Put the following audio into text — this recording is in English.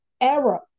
error